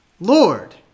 Lord